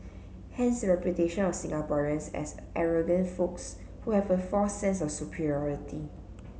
hence reputation of Singaporeans as arrogant folks who have a false sense of superiority